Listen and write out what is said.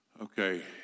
Okay